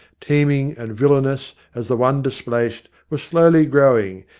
teeming and villainous as the one displaced, was slowly growing,